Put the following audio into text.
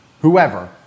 whoever